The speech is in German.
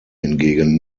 hingegen